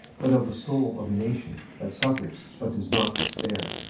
but of the soul of a nation that suffers but does not despair.